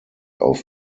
auf